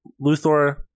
luthor